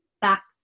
back